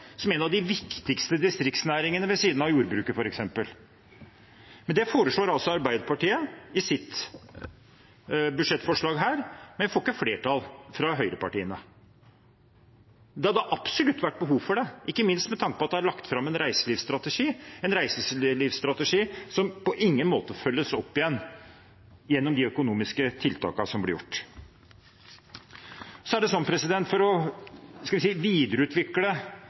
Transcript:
som er en av de viktigste distriktsnæringene ved siden av jordbruket f.eks. Det foreslår Arbeiderpartiet i sitt budsjettforslag, men vi får ikke flertall for det med høyrepartiene. Det hadde absolutt vært behov for det, ikke minst med tanke på at det er lagt fram en reiselivsstrategi, en reiselivsstrategi som på ingen måte følges opp gjennom de økonomiske tiltakene som blir gjort. Når det